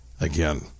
again